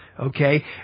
okay